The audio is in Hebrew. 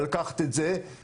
לקחת את זה.